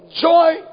joy